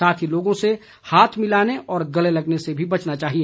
साथ ही लोगों से हाथ मिलाने और गले लगने से भी बचना चाहिए